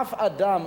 אף אדם.